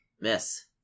Miss